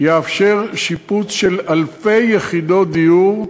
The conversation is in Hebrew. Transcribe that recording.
יאפשר שיפוץ של אלפי יחידות דיור,